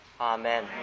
Amen